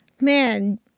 Man